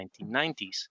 1990s